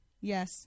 Yes